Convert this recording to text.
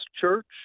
church